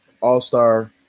all-star